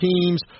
teams